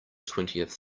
twentieth